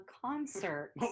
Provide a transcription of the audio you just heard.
concert